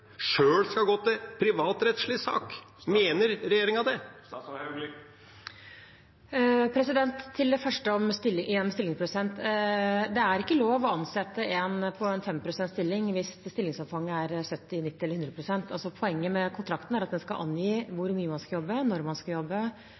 sjøl skal gå til privatrettslig sak? Mener regjeringa det? Til det første, om stillingsprosent: Det er ikke lov til å ansette en på en 5-prosentstilling hvis stillingsomfanget er 70, 90 eller 100 pst. Poenget med kontrakten er at den skal angi